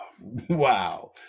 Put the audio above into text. wow